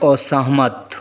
असहमत